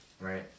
right